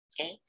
Okay